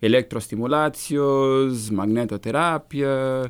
elektrostimuliacijos magneto terapija